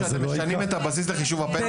שאתם משנים את הבסיס לחישוב הפנסיה?